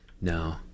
No